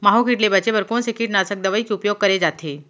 माहो किट ले बचे बर कोन से कीटनाशक दवई के उपयोग करे जाथे?